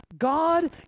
God